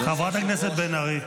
חברת הכנסת בן ארי.